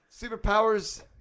superpowers